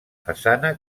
façana